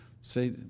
say